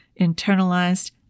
internalized